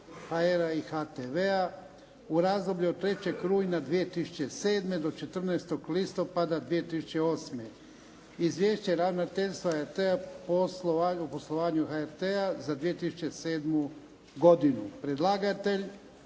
HR-a i HTV-a u razdoblju od 3. rujna 2007. do 14. listopada 2008. - Izvješće Ravnateljstva HRT-a o poslovanju HRT-a za 2007. godinu Podnositelj: